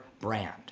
brand